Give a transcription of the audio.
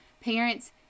parents